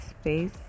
space